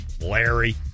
Larry